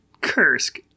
Kursk